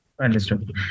Understood